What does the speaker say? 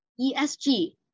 ESG